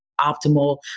optimal